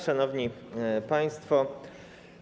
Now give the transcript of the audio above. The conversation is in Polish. Szanowni Państwo!